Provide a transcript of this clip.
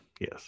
Yes